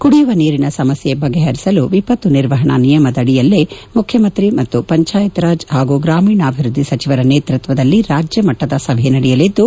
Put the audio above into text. ಕುಡಿಯುವ ನೀರಿನ ಸಮಸ್ನೆ ಬಗೆಪರಿಸಲು ವಿಪತ್ತು ನಿರ್ವಹಣಾ ನಿಯಮದಡಿಯಲ್ಲೇ ಮುಖ್ಯಮಂತ್ರಿ ಮತ್ತು ಪಂಚಾಯತ್ ರಾಜ್ ಪಾಗೂ ಗ್ರಾಮೀಣಾಭಿವ್ಯದ್ಲಿ ಸಚಿವರ ನೇತೃತ್ವದಲ್ಲಿ ರಾಜ್ಯಮಟ್ಟದ ಸಭೆ ನಡೆಯಲಿದ್ದು